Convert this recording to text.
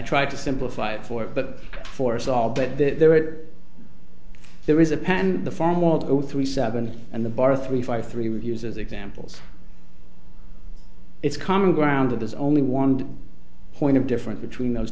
try to simplify it for it but for us all but there are there is a patent the formal go three seven and the bar three five three would use as examples it's common ground that there's only one point of difference between those